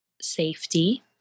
safety